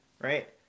right